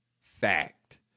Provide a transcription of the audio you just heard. fact